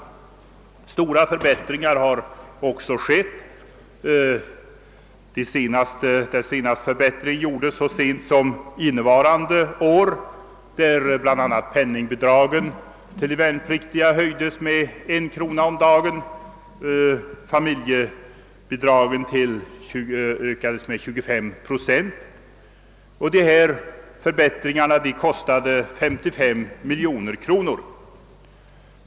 Väsentliga förbättringar har också genomförts, senast under innevarande budgetår, då penningbidraget till de värnpliktiga höjts med en krona om dagen och familjebidraget med 253 procent. Dessa förbättringar har kostat 55 miljoner kronor.